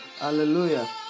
Hallelujah